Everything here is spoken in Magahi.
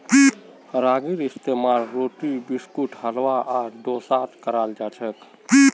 रागीर इस्तेमाल रोटी बिस्कुट हलवा आर डोसात कराल जाछेक